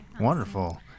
Wonderful